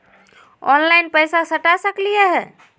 Online पैसा सटा सकलिय है?